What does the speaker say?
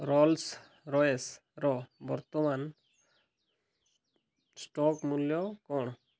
rolls ରୋଏସ୍ର ବର୍ତ୍ତମାନ stock ମୂଲ୍ୟ କ'ଣ